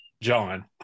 John